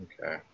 Okay